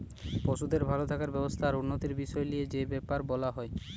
পশুদের ভাল থাকার ব্যবস্থা আর উন্নতির বিষয় লিয়ে যে বেপার বোলা হয়